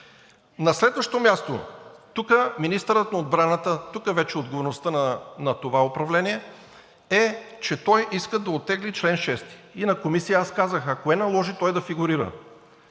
На следващо място, тук министърът на отбраната, тук вече отговорността на това управление е, че той иска да оттегли чл. 6. И в Комисията аз казах: а кое наложи той да фигурира?